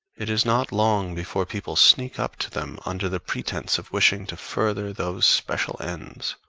it is not long before people sneak up to them under the pretense of wishing to further those special ends,